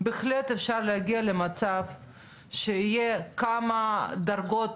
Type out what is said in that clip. בהחלט אפשר להגיע למצב שיהיו כמה דרגות.